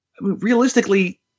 realistically